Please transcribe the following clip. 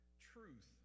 Truth